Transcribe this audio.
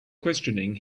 questioning